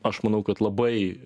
aš manau kad labai